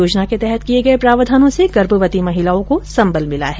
योजना के तहत किये गये प्रावधानों से गर्भवती महिलाओं को संबल मिला है